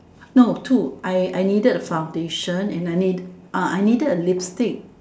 no two I I needed a foundation and I need uh I needed a lipstick